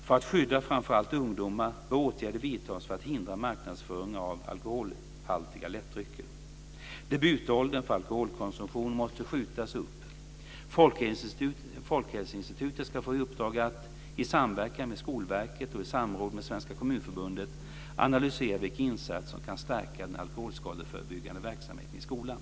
För att skydda framför allt ungdomar bör åtgärder vidtas för att hindra marknadsföring av alkoholhaltiga lättdrycker. Debutåldern för alkoholkonsumtion måste skjutas upp. Folkhälsoinstitutet ska få i uppdrag att, i samverkan med Skolverket och i samråd med Svenska Kommunförbundet, analysera vilka insatser som kan stärka den alkoholskadeförebyggande verksamheten i skolan.